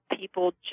people